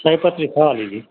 सयपत्री छ अलिअलि